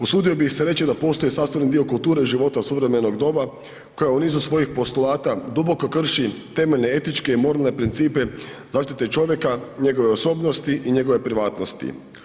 Usudio bih se reći da postaje sastavni dio kulture života suvremenog doba koja u nizu svojih postulata duboko krši temeljne etičke i moralne principe zaštite čovjeka, njegove osobnosti i njegove privatnosti.